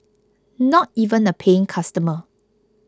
not even a paying customer